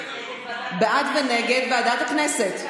ונגד ועדת הכנסת,